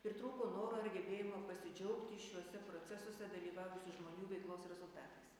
pritrūko noro ir gebėjimo pasidžiaugti šiuose procesuose dalyvavusių žmonių veiklos rezultatais